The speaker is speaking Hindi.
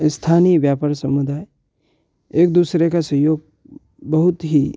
स्थानीय व्यापार समुदाय एक दूसरे का सहयोग बहुत ही